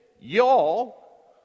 y'all